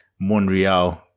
Monreal